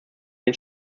den